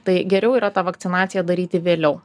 tai geriau yra tą vakcinaciją daryti vėliau